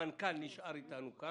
המנכ"ל נשאר אתנו.